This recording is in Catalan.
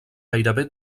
gairebé